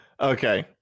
Okay